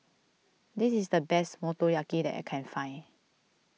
this is the best Motoyaki that I can find